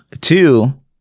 Two